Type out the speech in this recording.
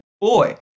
Boy